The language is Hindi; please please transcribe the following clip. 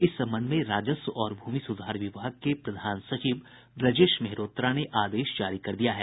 इस संबंध में राजस्व और भूमि सुधार विभाग के प्रधान सचिव ब्रजेश मेहरोत्रा ने आदेश जारी कर दिया है